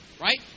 right